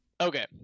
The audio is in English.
okay